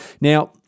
Now